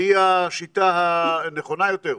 היא השיטה הנכונה יותר?